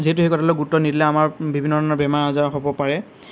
যিহেতু সেই কথাটোলৈ গুৰুত্ব নিদিলে আমাৰ বিভিন্ন ধৰণৰ বেমাৰ আজাৰ হ'ব পাৰে